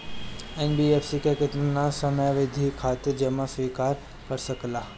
NBFC केतना समयावधि खातिर जमा स्वीकार कर सकला?